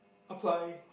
apply